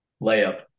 Layup